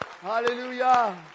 Hallelujah